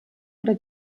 oder